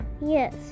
Yes